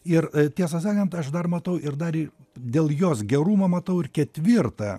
ir tiesą sakant aš dar matau ir dar dėl jos gerumo matau ir ketvirtą